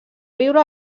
viure